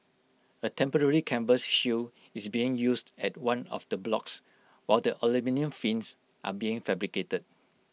A temporary canvas shield is being used at one of the blocks while the aluminium fins are being fabricated